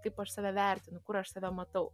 kaip aš save vertinu kur aš save matau